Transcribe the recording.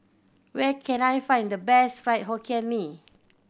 where can I find the best Fried Hokkien Mee